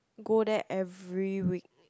go there every week